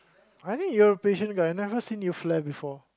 I think your patience but I never seen you fly before